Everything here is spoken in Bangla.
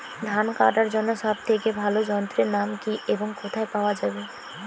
ধান কাটার জন্য সব থেকে ভালো যন্ত্রের নাম কি এবং কোথায় পাওয়া যাবে?